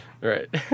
Right